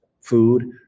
food